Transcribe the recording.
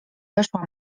weszła